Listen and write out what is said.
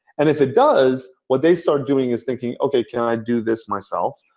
and if it does, what they start doing is thinking, ok, can i do this myself?